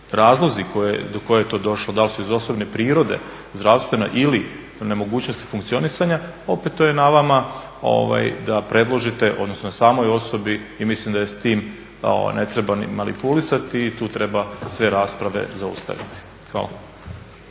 Razlozi do kojeg je to došlo, da li su iz osobne prirode, zdravstvene ili nemogućnosti funkcioniranja opet to je na vama da predložite odnosno na samoj osobi. I mislim da s tim ne treba manipulirati i tu treba sve rasprave zaustaviti. Hvala.